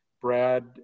Brad